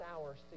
hours